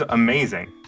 amazing